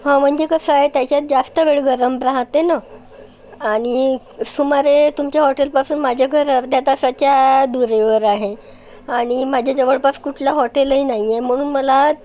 हं म्हणजे कसं आहे त्याच्यात जास्त वेळ गरम राहते ना आणि सुमारे तुमच्या हॉटेलपासून माझ्या घर अर्ध्या तासाच्या दुरीवर आहे आणि माझ्या जवळपास कुठला हॉटेलही नाही आहे म्हणून मला